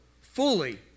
fully